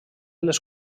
les